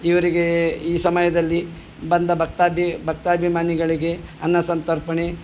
ಇವರಿಗೆ ಈ ಸಮಯದಲ್ಲಿ ಬಂದ ಭಕ್ತಾದಿ ಭಕ್ತಾಭಿಮಾನಿಗಳಿಗೆ ಅನ್ನ ಸಂತರ್ಪಣೆ